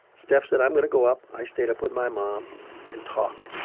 steph said, i'm going to go up. i stayed up with my mom and talked.